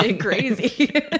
crazy